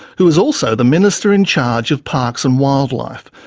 who was also the minister in charge of parks and wildlife.